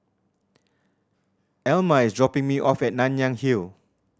Elma is dropping me off at Nanyang Hill